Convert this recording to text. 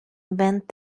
went